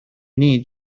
need